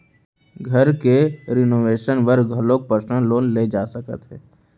घर के रिनोवेसन बर घलोक परसनल लोन ले जा सकत हे